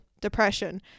depression